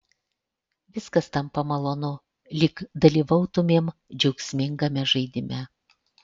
viskas tampa malonu lyg dalyvautumėm džiaugsmingame žaidime